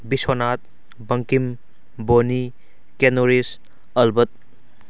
ꯕꯤꯁꯣꯅꯥꯠ ꯕꯪꯀꯤꯝ ꯕꯣꯅꯤ ꯀꯦꯅꯣꯔꯤꯁ ꯑꯜꯕꯥꯔꯠ